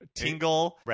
Tingle